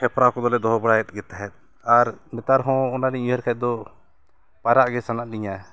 ᱦᱮᱯᱨᱟᱣ ᱠᱚᱫᱚᱞᱮ ᱫᱚᱦᱚ ᱵᱟᱲᱟᱭᱮᱫ ᱜᱮ ᱛᱟᱦᱮᱸᱫ ᱟᱨ ᱱᱮᱛᱟᱨ ᱦᱚᱸ ᱚᱱᱟᱞᱤᱧ ᱩᱭᱦᱟᱹᱨ ᱠᱷᱟᱱ ᱫᱚ ᱯᱟᱭᱨᱟᱜ ᱜᱮ ᱥᱟᱱᱟ ᱞᱤᱧᱟᱹ